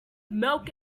milk